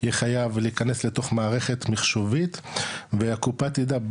יהיה חייב להיכנס לתוך מערכת מחשובית והקופה תדע,